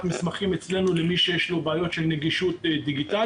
מסמכים אצלנו למי שיש לו בעיות של נגישות דיגיטלית,